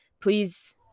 please